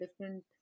different